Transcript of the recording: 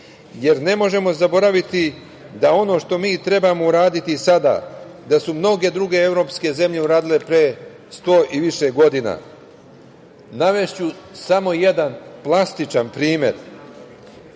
jer ne možemo zaboraviti da ono što mi trebamo uraditi sada da su mnoge druge evropske zemlje uradile pre sto i više godina. Navešću samo jedan plastičan primer